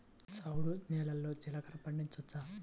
చవుడు నేలలో జీలగలు పండించవచ్చా?